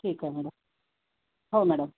ठीक आहे मॅडम हो मॅडम